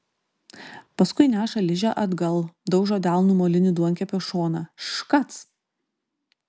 paskui neša ližę atgal daužo delnu molinį duonkepio šoną škac